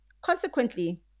Consequently